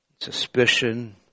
suspicion